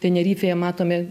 tenerifėje matome